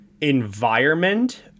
environment